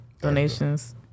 Donations